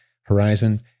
horizon